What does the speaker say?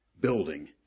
building